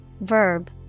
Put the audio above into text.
verb